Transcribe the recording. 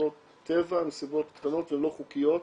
הן מסיבות קטנות ולא חוקיות,